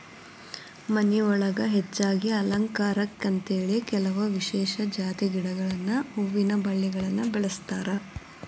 ಮನಿಯೊಳಗ ಹೆಚ್ಚಾಗಿ ಅಲಂಕಾರಕ್ಕಂತೇಳಿ ಕೆಲವ ವಿಶೇಷ ಜಾತಿ ಗಿಡಗಳನ್ನ ಹೂವಿನ ಬಳ್ಳಿಗಳನ್ನ ಬೆಳಸ್ತಾರ